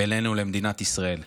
ואלינו למדינת ישראל.